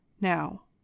Now